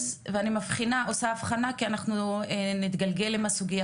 ואני עושה אבחנה כי אנחנו נתגלגל עם הסוגיה